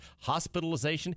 hospitalization